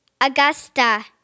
Augusta